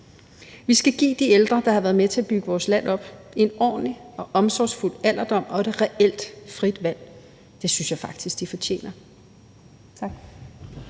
Vi skal give de ældre, der har været med til at bygge vores land op, en ordentlig og omsorgsfuld alderdom og et reelt frit valg. Det synes jeg faktisk de fortjener.